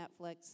Netflix